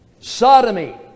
Sodomy